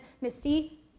Misty